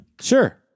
sure